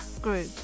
group